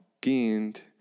gained